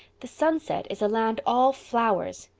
the sunset is a land all flowers.